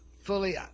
fully